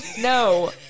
no